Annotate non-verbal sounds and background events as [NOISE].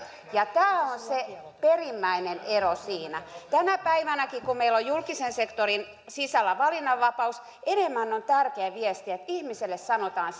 tämä on se perimmäinen ero siinä tänä päivänäkin kun meillä on julkisen sektorin sisällä valinnanvapaus yhä enemmän on tärkeää viestiä että ihmiselle sanotaan [UNINTELLIGIBLE]